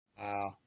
Wow